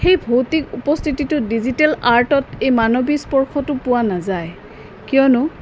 সেই ভৌতিক উপস্থিতিটো ডিজিটেল আৰ্টত এই মানৱী স্পৰ্শটো পোৱা নাযায় কিয়নো